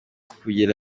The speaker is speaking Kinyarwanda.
kugera